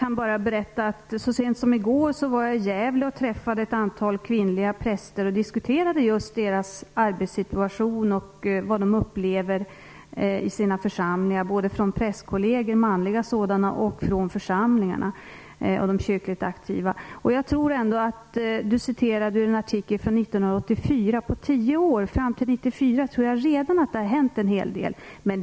Herr talman! Så sent som i går var jag i Gävle och träffade där ett antal kvinnliga präster. Vi diskuterade just deras arbetssituation och vad de upplever i sina församlingar både från manliga prästkolleger och från församlingarna och de kyrkligt aktiva. Margitta Edgren återgav vad som sagts i en artikel från 1984. Men på tio år - från 1984 till 1994 - tror jag att det hänt en hel del.